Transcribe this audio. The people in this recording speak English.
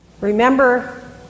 Remember